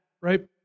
right